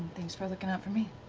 thanks for looking out for me.